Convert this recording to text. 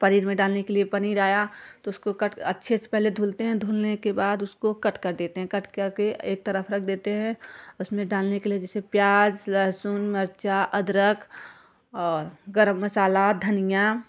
पनीर में डालने के लिए पनीर आया तो उसको कट अच्छे से पहले धुलते हैं धुलने के बाद उसको कट कर देते हैं कट करके एक तरफ रख देते हैं उसमें डालने के लिए जैसे प्याज़ लहसून मिर्चा अदरक गरम मसाला धनिया